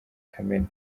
kamena